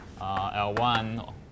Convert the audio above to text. L1